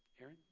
Aaron